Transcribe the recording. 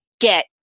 get